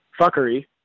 fuckery